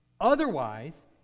Otherwise